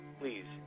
please